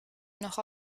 noch